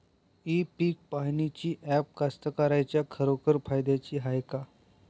इ पीक पहानीचं ॲप कास्तकाराइच्या खरोखर फायद्याचं हाये का?